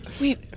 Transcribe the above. Wait